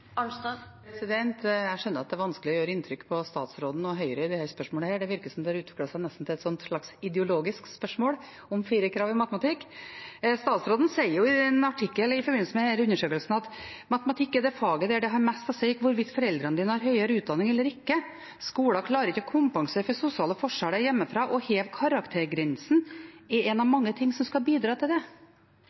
Jeg skjønner at det er vanskelig å gjøre inntrykk på statsråden og Høyre i dette spørsmålet. Det virker som om det har utviklet seg nesten til et slags ideologisk spørsmål om firerkrav i matematikk. Statsråden sier jo i en artikkel i forbindelse med denne undersøkelsen: «Matematikk er det faget der det har mest å si hvorvidt foreldrene dine har høyere utdanning eller ikke. Skolen klarer ikke å kompensere for sosiale forskjeller hjemmefra. Å heve karaktergrensen for å komme inn på lærerutdanningen er en av mange ting som skal bidra til det.»